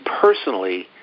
personally